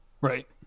Right